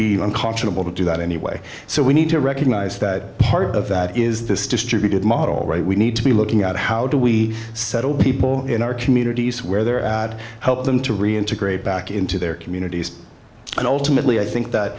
be unconscionable to do that anyway so we need to recognize that part of that is this distributed model right we need to be looking at how do we settle people in our communities where they're at help them to reintegrate back into their communities and ultimately i think that